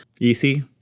easy